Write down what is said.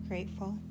Grateful